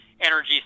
energy